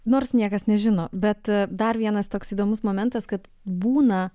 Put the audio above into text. nors niekas nežino bet dar vienas toks įdomus momentas kad būna